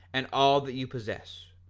and all that you possess,